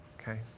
Okay